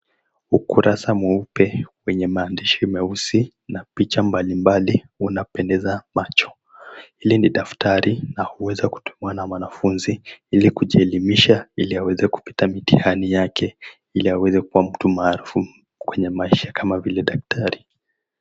Ukurasa mweupe wenye maandishi meusi na picha mbalimbali unapendeza macho. Hili ni daftari na huweza kutumiwa na mwanafunzi ili kujielimisha ili aweze kupita mitihani yake ili aweze kuwa mtu maarufu kwenye maisha kama vile daktari.